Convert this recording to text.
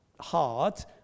hard